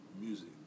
music